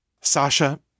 Sasha